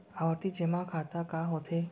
आवर्ती जेमा खाता का होथे?